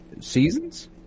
seasons